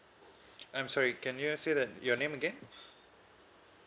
I'm sorry can you say that your name again